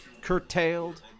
curtailed